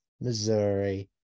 Missouri